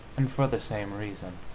and for the same reason.